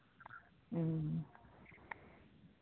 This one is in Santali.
ᱚᱸᱻ